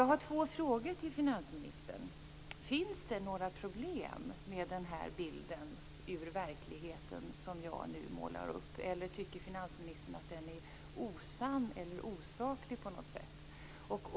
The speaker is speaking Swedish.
Jag har två frågor till finansministern. Finns det några problem med den bild ur verkligheten som jag nu målar upp, eller tycker finansministern att den är på något sätt osann eller osaklig?